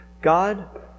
God